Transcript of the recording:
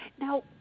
Now